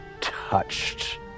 touched